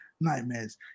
nightmares